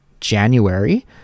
January